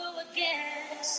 again